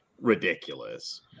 ridiculous